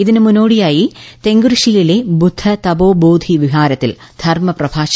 ഇതിന് മുന്നോടിയായി തേങ്കുറിശ്ശിയിലെ ബുദ്ധ തപോബോധി വിഹാരത്തിൽ ധർമ്മ പ്രഭാഷണം ഉണ്ടാകും